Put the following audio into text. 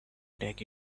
take